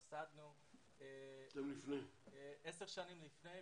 נוסדנו 10 שנים לפני,